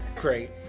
great